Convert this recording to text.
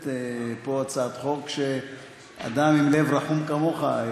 להציג פה הצעת חוק, עם אדם עם לב רחום כמוך.